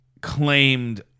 claimed